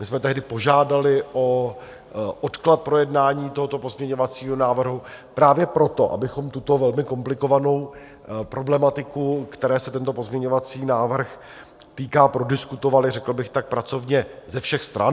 My jsme tehdy požádali o odklad projednání tohoto pozměňovacího návrhu právě proto, abychom tuto velmi komplikovanou problematiku, které se tento pozměňovací návrh týká, prodiskutovali, řekl bych pracovně, ze všech stran.